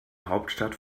hauptstadt